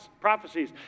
prophecies